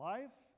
Life